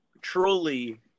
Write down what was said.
truly